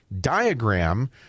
diagram